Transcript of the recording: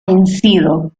vencido